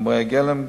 חומרי הגלם,